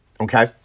okay